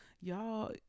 y'all